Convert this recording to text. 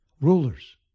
Rulers